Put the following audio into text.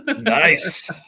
nice